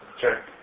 check